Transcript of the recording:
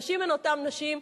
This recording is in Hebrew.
הנשים הן אותן נשים,